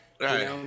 Right